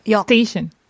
station